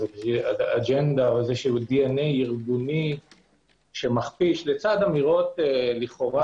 אג'נדה או DNA ארגני שמכפיש לצד אמירות לכאורה